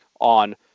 on